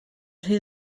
rhy